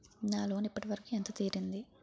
నా లోన్ ఇప్పటి వరకూ ఎంత తీరింది?